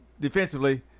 defensively